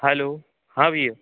hello हाँ भैया